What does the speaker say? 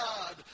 God